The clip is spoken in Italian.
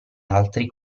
altri